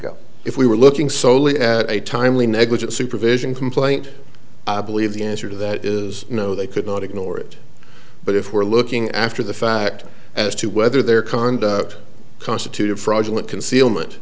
go if we were looking solely at a timely negligent supervision complaint i believe the answer to that is no they could not ignore it but if we're looking after the fact as to whether their conduct constituted fraudulent concealment